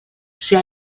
ser